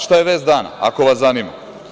Šta je vest dana, ako vas zanima?